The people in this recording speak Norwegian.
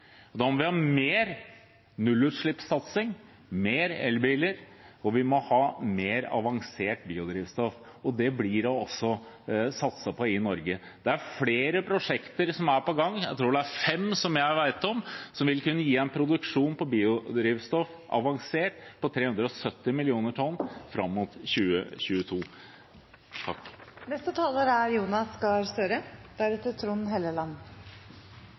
og da må vi ha mer nullutslippssatsing, flere elbiler og mer avansert biodrivstoff. Det blir det også satset på i Norge. Det er flere prosjekter på gang – jeg tror det er fem som vil kunne gi en produksjon på 370 millioner tonn avansert biodrivstoff fram mot 2022.